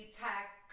tech